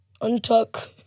untuck